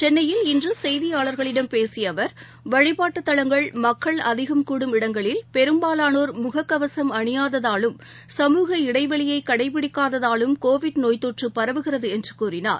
கென்னையில் இன்றுசெய்தியாளர்களிடம் பேசியஅவர் வழிபாட்டுத்தலங்கள் மக்கள் அதிகம் கூடும் இடங்களில் பெரும்பாலானோர் முகக்கவசம் அணியாததாலும் சமூக இடைவெளியைகடைபிடிக்காததாலும் கோவிட் நோய்த்தொற்று பரவுகிறதுஎன்றுகூறினார்